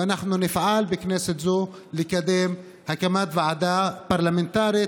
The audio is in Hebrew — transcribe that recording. ואנחנו נפעל בכנסת זו לקדם הקמת ועדה פרלמנטרית